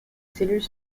cellules